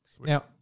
Now